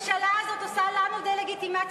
הממשלה הזאת עושה לנו דה-לגיטימציה,